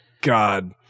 God